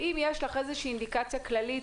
אם יש לך איזו אינדיקציה כללית